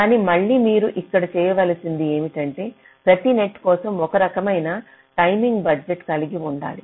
కానీ మళ్ళీ మీరు ఇక్కడ చేయవలసింది ఏమంటే ప్రతి నెట్ కోసం ఒకరకమైన టైమింగ్ బడ్జెట్ కలిగి ఉండాలి